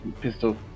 pistol